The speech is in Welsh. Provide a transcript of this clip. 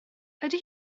ydy